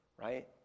right